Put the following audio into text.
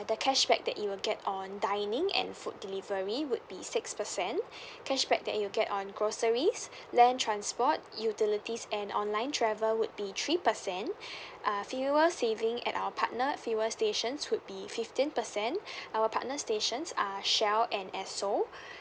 the cashback that you will get on dining and food delivery would be six percent cashback that you'll get on groceries land transport utilities and online travel would be three percent uh fuel saving at our partner fuel stations would be fifteen percent our partner stations are Shell and Esso